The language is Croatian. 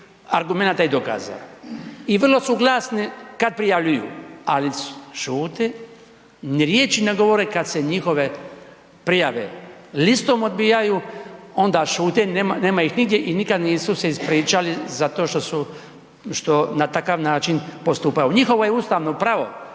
argumenata i dokaza. I vrlo su glasni kad prijavljuju, ali šute, ni riječi ne govore kad se njihove prijave listom odbijaju, onda šute, nema ih nigdje i nikad nisu se ispričali za to što su, što na takav način postupaju. Njihovo je ustavno pravo